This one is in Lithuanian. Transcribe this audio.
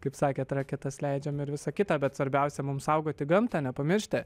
kaip sakėt raketas leidžiam ir visa kita bet svarbiausia mums saugoti gamtą nepamiršti